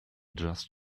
just